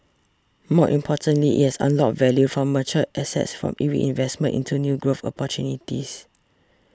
more importantly it has unlocked value from mature assets for reinvestment into new growth opportunities